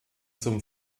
zum